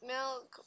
Milk